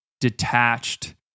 detached